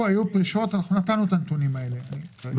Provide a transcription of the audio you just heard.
בנצרת אנחנו מחפשים מקום אחר שהנגישות אליו תהיה יותר מוסדרת,